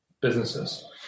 businesses